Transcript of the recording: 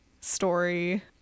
story